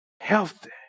Healthy